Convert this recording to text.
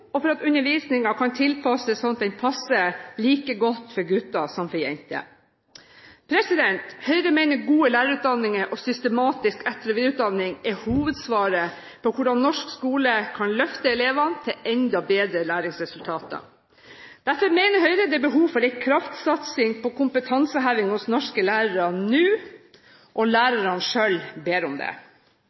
og for at undervisningen kan tilpasses slik at den passer like godt for gutter som for jenter. Høyre mener gode lærerutdanninger og systematisk etter- og videreutdanning er hovedsvaret på hvordan norsk skole kan løfte elevene til enda bedre læringsresultater. Derfor mener Høyre det er behov for en kraftsatsing på kompetanseheving hos norske lærere nå – og lærerne selv ber om det.